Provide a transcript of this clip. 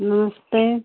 नमस्ते